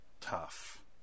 tough